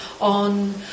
on